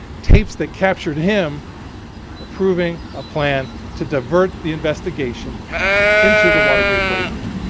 tapes that captured him approving a plan to divert the investigation in to the watergate break in.